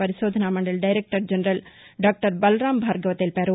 పరిశోధనా మండలి director general doctor Balram Bhargava తెలిపారు